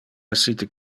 essite